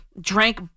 drank